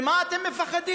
ממה אתם מפחדים?